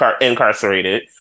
incarcerated